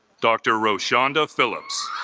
dr. roshonda phillips